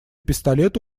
пистолет